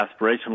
aspirational